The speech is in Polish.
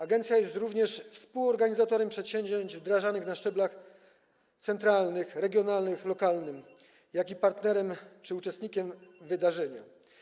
Agencja jest również współorganizatorem przedsięwzięć wdrażanych na szczeblach centralnym, regionalnym, lokalnym, jak również partnerem czy uczestnikiem wydarzenia.